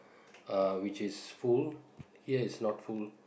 uh which is full here is not full